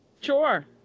Sure